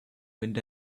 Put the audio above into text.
wind